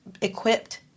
equipped